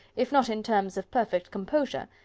if not in terms of perfect composure,